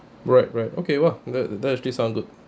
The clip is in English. right right okay what that actually sounds good